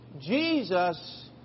Jesus